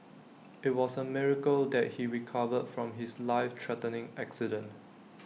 IT was A miracle that he recovered from his life threatening accident